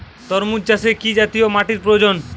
তরমুজ চাষে কি জাতীয় মাটির প্রয়োজন?